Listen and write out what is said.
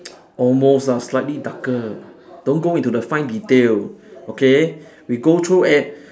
almost ah slightly darker don't go into the fine detail okay we go through e~